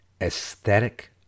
aesthetic